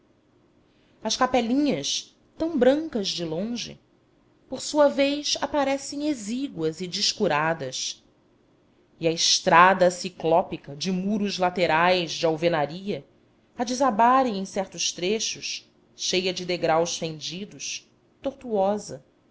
as capelinhas tão brancas de longe por sua vez aparecem exíguas e descuradas e a estrada ciclópica de muros laterais de alvenaria a desabarem em certos trechos cheia de degraus fendidos tortuosa